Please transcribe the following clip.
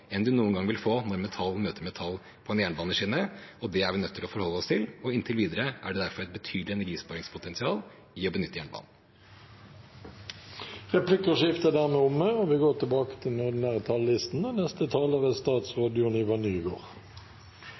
enn man noen gang vil få når metall møter metall på en jernbaneskinne. Det er vi nødt til å forholde oss til, og inntil videre er det derfor et betydelig energisparingspotensial i å benytte jernbanen. Replikkordskiftet er omme. En god samferdselsinfrastruktur binder Norge sammen og er helt avgjørende for bosetting og arbeidsplasser i hele landet. For denne regjeringen er